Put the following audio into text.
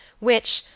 which,